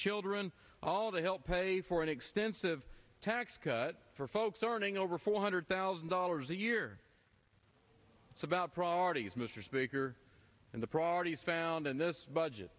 children all to help pay for an extensive tax cut for folks earning over four hundred thousand dollars a year it's about priorities mr speaker and the properties found in this budget